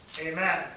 Amen